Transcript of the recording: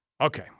okay